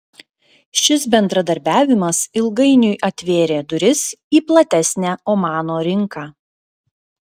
šis bendradarbiavimas ilgainiui atvėrė duris į platesnę omano rinką